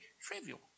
trivial